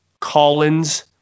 Collins